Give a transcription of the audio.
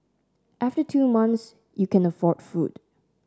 after two months you can afford food